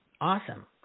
Awesome